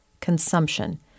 consumption